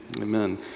amen